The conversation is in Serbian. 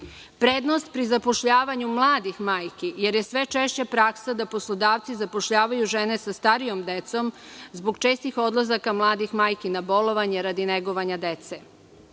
prednost pri zapošljavanju mladih majki, jer je sve češća praksa da poslodavci zapošljavaju žene sa starijom decom, zbog čestih odlazaka mladih majki na bolovanje radi negovanja dece;